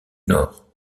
nord